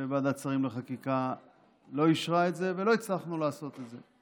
ועדת שרים לחקיקה לא אישרה את זה ולא הצלחנו לעשות את זה.